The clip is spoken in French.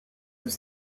sous